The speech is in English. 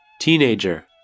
Teenager